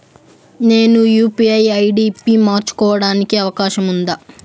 నేను UPI ID పి మార్చుకోవడానికి అవకాశం ఉందా?